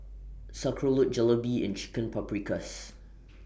Jalebi and Chicken Paprikas